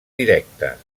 directa